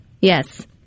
yes